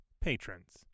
patrons